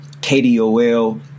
KDOL